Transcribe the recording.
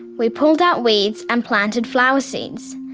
we pulled out weeds and planted flower seeds.